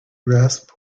grasp